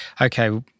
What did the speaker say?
okay